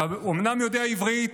אתה אומנם יודע עברית,